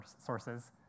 sources